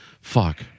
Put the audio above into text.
fuck